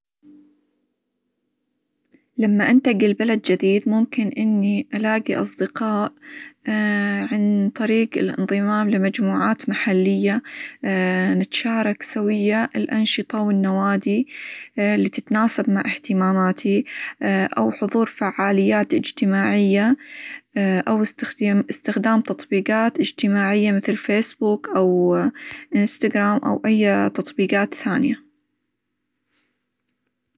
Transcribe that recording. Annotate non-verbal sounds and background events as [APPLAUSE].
لما أنتقل بلد جديد ممكن إني ألاقي أصدقاء [HESITATION] عن طريق الإنظمام لمجموعات محلية، [HESITATION] نتشارك سويا الأنشطة، والنوادي [HESITATION] اللي تتناسب مع إهتماماتي، [HESITATION] أو حظور فعاليات إجتماعية، [HESITATION] أو -إست- إستخدام تطبيقات إجتماعية مثل: فيسبوك، أو انستغرام، أو أي تطبيقات ثانية.